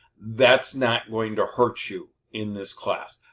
that's not going to hurt you in this class.